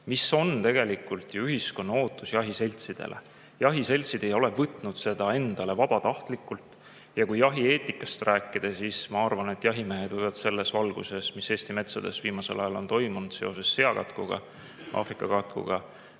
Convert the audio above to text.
mis on tegelikult ju ühiskonna ootus jahiseltsidele. Jahiseltsid ei ole võtnud seda [ülesannet] endale vabatahtlikult. Ja kui jahieetikast rääkida, siis ma arvan, et jahimehed võivad selles valguses, mis Eesti metsades viimasel ajal on toimunud seoses seakatkuga, Aafrika katkuga,